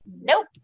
Nope